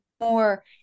more